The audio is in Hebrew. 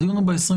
הדיון הוא ב-21.